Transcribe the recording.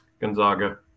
Gonzaga